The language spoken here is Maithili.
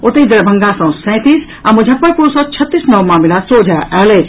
ओतहि दरभंगा सँ सैंतीस आ मुजफ्फरपुर सँ छत्तीस नव मामिला सोझा आयल अछि